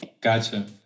Gotcha